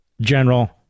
General